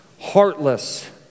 heartless